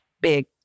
big